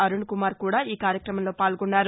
అరుణ్ కుమార్ కూడా ఈ కార్యక్రమంలో పాల్గొన్నారు